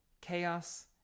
chaos